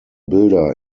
bilder